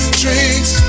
drinks